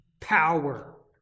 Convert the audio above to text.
power